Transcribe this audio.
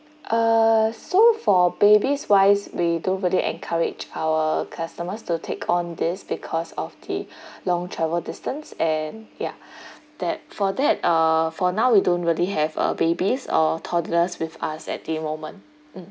uh so for babies wise we don't really encourage our customers to take on this because of the long travel distance and yeah that for that uh for now we don't really have uh babies or toddlers with us at the moment mm